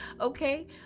okay